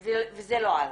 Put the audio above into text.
וזה לא עלה.